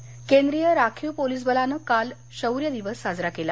शौर्यदिवस केंद्रीय राखीव पोलीस बलानं काल शौर्य दिवस साजरा केला